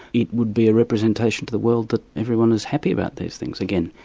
it would be a representation to the world that everyone is happy about these things again,